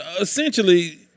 essentially